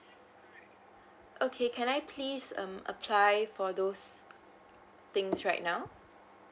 okay can I please um apply for those things right now